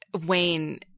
Wayne –